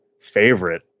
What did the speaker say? favorite